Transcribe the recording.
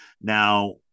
Now